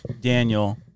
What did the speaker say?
Daniel